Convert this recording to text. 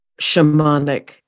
shamanic